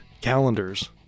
calendars